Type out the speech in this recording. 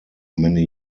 many